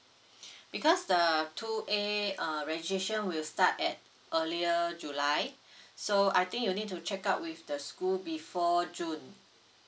because the two a uh registration will start at earlier july so I think you need to check out with the school before june